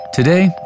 Today